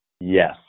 Yes